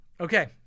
Okay